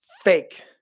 fake